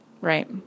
right